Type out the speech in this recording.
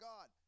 God